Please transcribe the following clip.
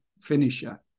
finisher